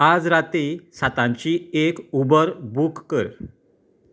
आज राती साताची एक उबर बूक कर